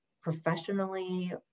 professionally